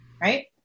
right